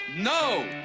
no